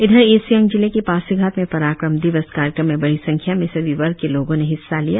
इधर ईस्ट सियांग जिले के पासीघाट में पराक्रम दिवस कार्यक्रम में बड़ी संख्या में सभी वर्ग के लोगों ने हिस्सा लिया